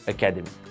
Academy